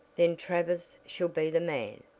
then travers shall be the man!